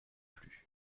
plus